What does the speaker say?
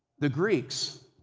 the greeks,